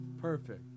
Perfect